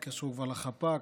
התקשרו כבר לחפ"ק,